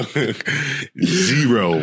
Zero